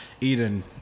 Eden